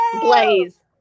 Blaze